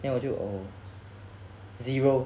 then 我就 err zero